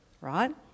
right